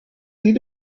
need